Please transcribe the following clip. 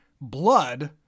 blood